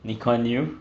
lee kuan yew